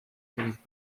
selliseid